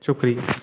शुक्रिया